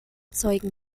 zeugen